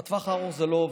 בטווח הארוך זה לא עובד.